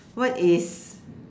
what is